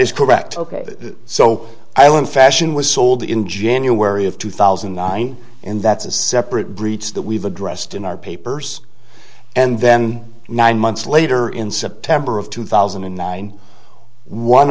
is correct ok so i won fashion was sold in january of two thousand and nine and that's a separate breach that we've addressed in our papers and then nine months later in september of two thousand and nine one